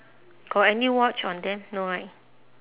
got any watch on there no right